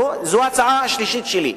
זו ההצעה השלישית שלי.